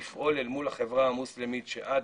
לפעול אל מול החברה המוסלמית שעד